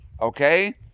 Okay